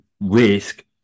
risk